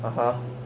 (uh huh)